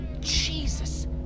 Jesus